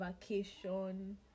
vacation